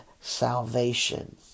salvation